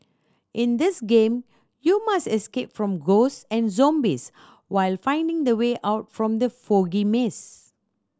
in this game you must escape from ghosts and zombies while finding the way out from the foggy maze